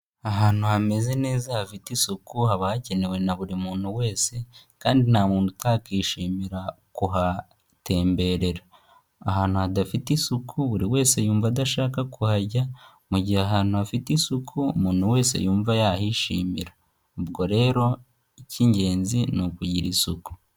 Ahantu hameze neza hafite isuku haba hakenewe na buri muntu wese kandi nta muntu utakishimira kuhatemberera, ahantu hadafite isuku buri wese yumva adashaka kuhajya mu gihe ahantu hafite isuku umuntu wese yumva yahishimira, ubwo rero icy'ingenzi ni ukugirara isuku.